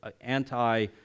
anti